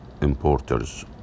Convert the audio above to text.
importers